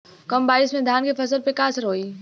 कम बारिश में धान के फसल पे का असर होई?